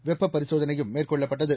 வெப்ப பரிசோதனையும் மேற்கொள்ளப்பட்டது